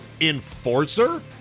Enforcer